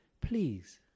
please